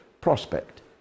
prospect